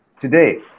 today